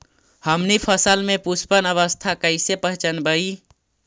हमनी फसल में पुष्पन अवस्था कईसे पहचनबई?